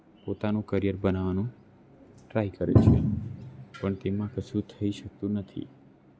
પોતાનું કરિયર બનાવવાનું ટ્રાય કરે છે પણ તેમાં કશું થઈ શકતું નથી